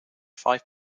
five